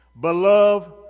Beloved